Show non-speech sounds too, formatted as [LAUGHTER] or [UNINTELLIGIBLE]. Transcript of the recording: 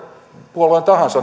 puolueen tahansa [UNINTELLIGIBLE]